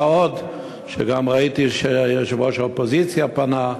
מה גם שראיתי שיושב-ראש האופוזיציה פנה,